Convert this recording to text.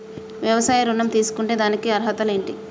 వ్యవసాయ ఋణం తీసుకుంటే దానికి అర్హతలు ఏంటి?